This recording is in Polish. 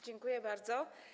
Dziękuję bardzo.